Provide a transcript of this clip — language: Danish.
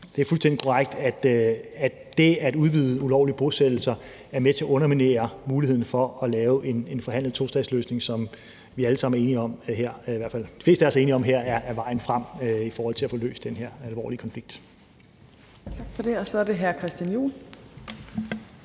det er fuldstændig korrekt, at det at udvide ulovlige bosættelser er med til at underminere muligheden for at lave en forhandlet tostatsløsning, som vi alle sammen her er enige om, i hvert fald de fleste af os, er vejen frem i forhold til at få løst den her alvorlige konflikt. Kl. 15:09 Fjerde næstformand